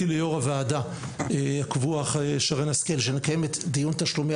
ליו"ר הוועדה הקבועה שרן השכל שתקיים דיון על תשלומי